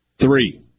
three